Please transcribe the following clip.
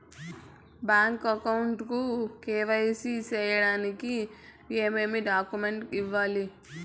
Bank account కు KYC సేయడానికి ఏమేమి డాక్యుమెంట్ ఇవ్వాలి?